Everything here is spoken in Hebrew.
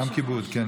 גם כיבוד, כן.